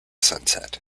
sunset